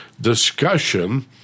discussion